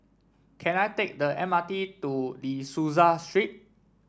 can I take the M R T to De Souza Street